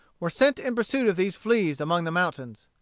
were sent in pursuit of these fleas among the mountains.